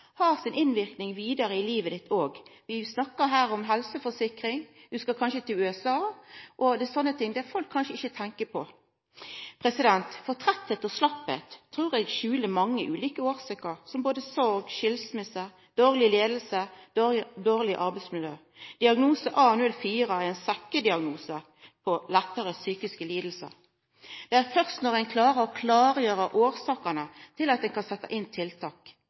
livet ditt vidare. Vi snakkar her om helseforsikring, og kanskje skal ein reisa til USA. Det er sånne ting folk kanskje ikkje tenkjer på. Trøyttleik og slappheit trur eg skjuler mange ulike årsaker, som sorg, skilsmisse, dårleg leiing og dårleg arbeidsmiljø. Diagnose A04 er ein sekkediagnose på lettare psykiske lidingar. Det er først når ein kan klargjera årsakene at ein kan setja inn tiltak.